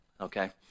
Okay